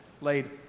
laid